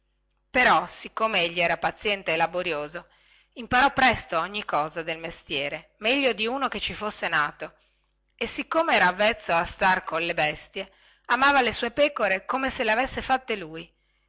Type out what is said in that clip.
però siccome egli era paziente e laborioso imparò presto ogni cosa del mestiere meglio di uno che ci fosse nato e siccome era avvezzo a star colle bestie amava le sue pecore come se le avesse fatte lui